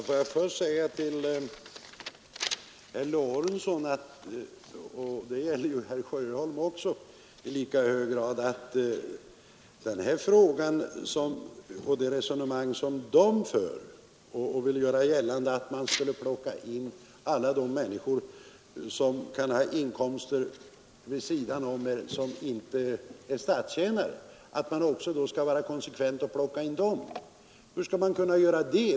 Fru talman! Herr Lorentzon gör gällande — och det gäller i lika hög grad herr Sjöholm — att man skall plocka in alla ledamöter som har inkomster vid sidan om inkomsterna från riksdagen, alltså inte bara statstjänarna, ty annars är vi inte konsekventa. Hur skall man kunna göra det?